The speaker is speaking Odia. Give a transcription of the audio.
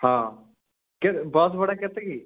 ହଁ ବସ୍ ଭଡ଼ା କେତେ କି